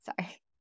Sorry